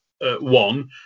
one